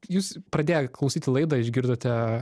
jūs pradėję klausyti laidą išgirdote